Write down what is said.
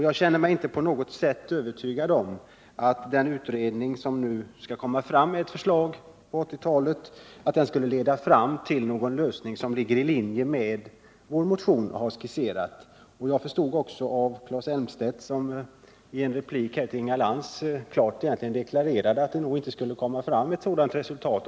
Jag känner mig inte på något sätt övertygad om att den utredning som skall lägga fram ett förslag 1980 kommer fram till någon lösning som ligger i linje med vad vår motion har skisserat. Detta framgick också av vad Claes Elmstedt deklarerade i en replik till Inga Lantz, nämligen att utredningen förmodligen inte skulle komma fram till ett sådant resultat.